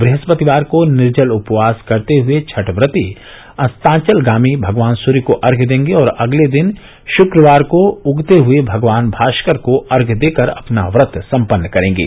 वहस्पतिवार को निर्जल उपवास करते हये छठ व्रती अस्तांचलगामी भगवान सूर्य को अर्घ्य देंगे और अगले दिन शुक्रवार को उगते हये भगवान भाष्कर को अर्ध्य देकर अपना व्रत सम्पन्न करेंगे